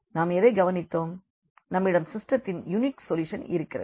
நாம் எதை கவனித்தோம் நம்மிடம் சிஸ்டெத்தின் யுனிக் சொல்யூஷன் இருக்கிறது